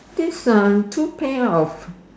that's uh two pair of